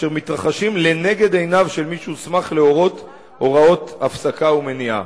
אשר מתרחשים לנגד עיניו של מי שהוסמך להורות הוראות הפסקה ומניעה.